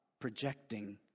projecting